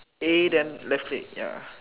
A then left click ya